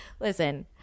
listen